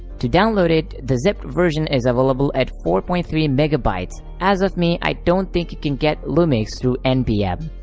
to download it, the zipped version is available at four point three megabytes. as of me, i don't think you can get lumx through npm.